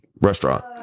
restaurant